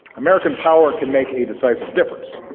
american power can make a decisive difference,